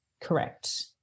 correct